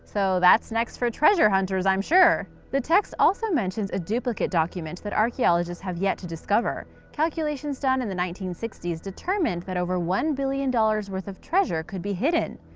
so that's next for treasure hunters, i'm sure! the text also mentions a duplicate document that archaeologists have yet to discover. calculations done in the nineteen sixty s determined that over one billion dollar's worth of treasure could be hidden.